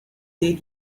they